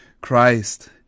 Christ